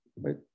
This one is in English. right